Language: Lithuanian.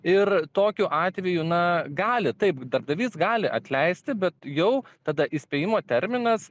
ir tokiu atveju na gali taip darbdavys gali atleisti bet jau tada įspėjimo terminas